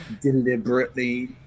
deliberately